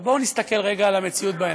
אבל בואו ונסתכל רגע על המציאות בעיניים.